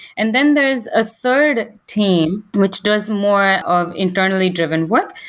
and then there is a third team, which does more of internally-driven work.